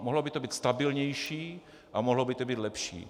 Mohlo by to být stabilnější a mohlo by to být lepší.